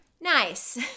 Nice